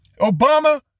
Obama